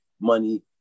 money